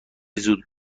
زود